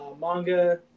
manga